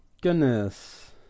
goodness